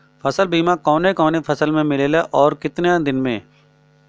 फ़सल बीमा कवने कवने फसल में मिलेला अउर कितना दिन में?